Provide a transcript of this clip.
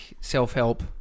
self-help